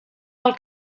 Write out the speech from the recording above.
del